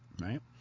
right